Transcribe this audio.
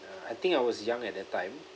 uh I think I was young at that time